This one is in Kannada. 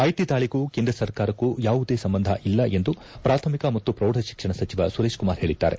ಐಟಿ ದಾಳಿಗೂ ಕೇಂದ್ರ ಸರ್ಕಾರಕ್ಕೂ ಯಾವುದೇ ಸಂಬಂಧ ಇಲ್ಲ ಎಂದು ಪ್ರಾಥಮಿಕ ಮತ್ತು ಪ್ರೌಢ ಶಿಕ್ಷಣ ಸಚಿವ ಸುರೇಶ್ ಕುಮಾರ್ ಹೇಳದ್ದಾರೆ